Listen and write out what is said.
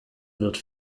wird